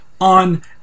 on